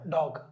Dog